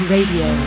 Radio